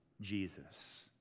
Jesus